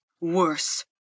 Worse